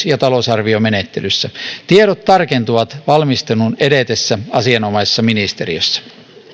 ja talousarviomenettelyssä tiedot tarkentuvat valmistelun edetessä asianomaisessa ministeriössä